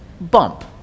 bump